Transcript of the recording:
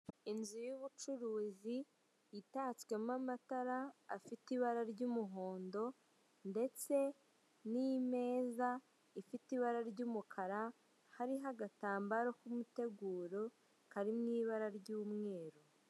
Inzu y'ubucuruzi itatswemo amatara afite ibara ry'umuhondo ndetse n'imeza ifite ibara ry'umukara hariho agatambaro k'umuteguro kari mu ibara ry'umweru.